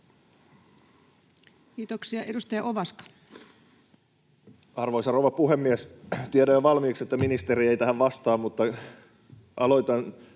Kiitoksia. — Edustaja Ovaska. Arvoisa rouva puhemies! Tiedän jo valmiiksi, että ministeri ei tähän vastaa, mutta aloitan